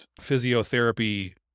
physiotherapy